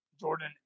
Jordan